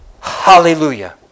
hallelujah